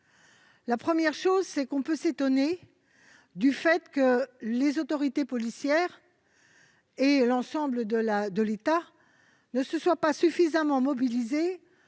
ce problème. Tout d'abord, on peut s'étonner que les autorités policières et l'ensemble de l'État ne se soient pas suffisamment mobilisés